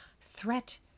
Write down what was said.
threat